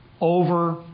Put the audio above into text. Over